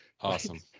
Awesome